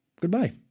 Goodbye